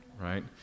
right